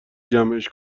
جمعش